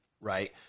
right